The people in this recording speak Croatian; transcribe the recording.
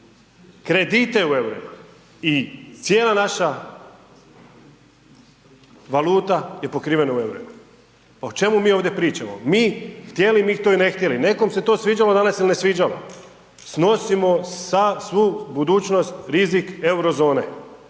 kredite u EUR-ima i cijela naša valuta je pokrivena u EUR-ima, pa o čemu mi ovdje pričamo, mi htjeli mi to ili ne htjeli, nekom se to sviđalo danas il ne sviđalo, snosimo svu budućnost rizik Eurozone